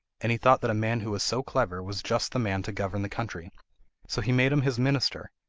and he thought that a man who was so clever was just the man to govern the country so he made him his minister,